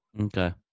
Okay